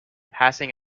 passing